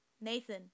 Nathan